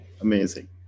amazing